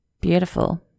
Beautiful